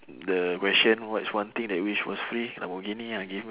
the question what is one thing that you wish was free lamborghini ah give me